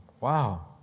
Wow